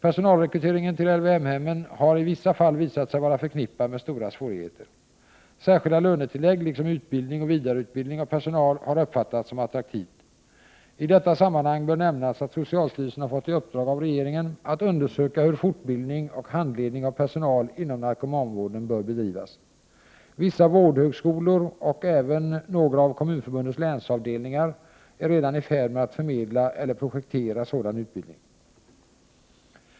Personalrekryteringen till LYM-hemmen har i vissa fall visat sig vara förknippad med stora svårigheter. Särskilda lönetillägg liksom utbildning och vidareutbildning av personal har uppfattats som någonting attraktivt. I detta sammanhang bör nämnas att socialstyrelsen har fått i uppdrag av regeringen att undersöka hur fortbildning och handledning av personal inom narkomanvården bör bedrivas. Vissa vårdhögskolor och även några av Kommunförbundets länsavdelningar är redan i färd med att förmedla eller projektera sådan utbildning.